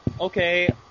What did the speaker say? okay